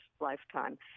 lifetime